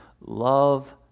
love